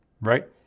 right